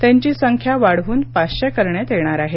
त्यांची संख्या वाढवून पाचशे करण्यात येणार आहे